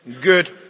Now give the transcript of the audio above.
good